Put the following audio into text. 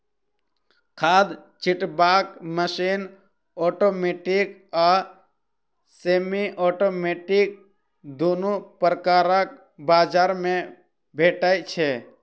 खाद छिटबाक machine automatic आ सेमी औटोमेटिक दुनू प्रकारक बजार मे भेटै छै